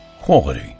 Quality